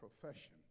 profession